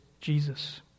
Jesus